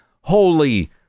holy